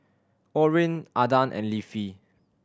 Orrin Adan and Leafy